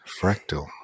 Fractal